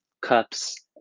Cups